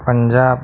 Punjab